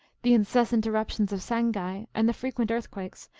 the incessant eruptions of sangai, and the frequent earthquakes,